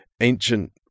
ancient